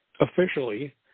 officially